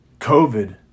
COVID